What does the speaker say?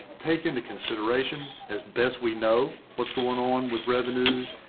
take into consideration as best we know, what's going on with revenues,